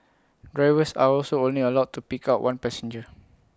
drivers are also only allowed to pick up one passenger